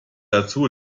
dazu